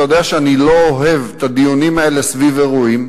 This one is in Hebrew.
אתה יודע שאני לא אוהב את הדיונים האלה סביב אירועים,